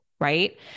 Right